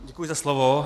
Děkuji za slovo.